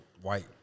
white